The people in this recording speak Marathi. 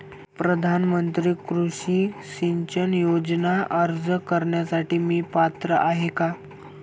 प्रधानमंत्री कृषी सिंचन योजना अर्ज भरण्यासाठी मी पात्र आहे का?